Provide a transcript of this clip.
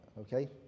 Okay